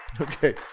okay